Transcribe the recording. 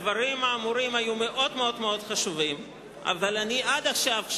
הדברים האמורים היו מאוד מאוד חשובים אבל עד עכשיו אני,